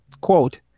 quote